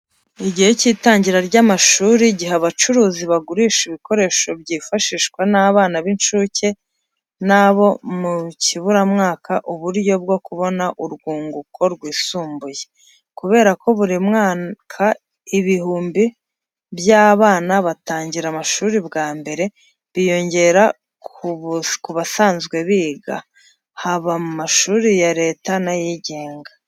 Igihe cy'itangira ry'amashuri giha abacuruzi bagurisha n'ibikoresho byifashishwa n'abana b'incuke n'abo mu kiburamwaka uburyo bwo kubona urwunguko rwisumbuye, kubera ko buri mwaka ibihumbi by'abana batangira amashuri bwa mbere, biyongera ku basanzwe biga, haba mu mashuri ya Leta n'ayigenga.